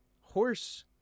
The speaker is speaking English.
horse